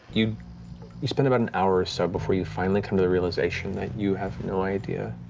you you spend about an hour or so before you finally come to the realization that you have no idea